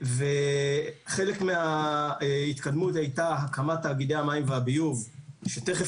חלק מההתקדמות הייתה הקמת תאגידי המים והביוב שתיכף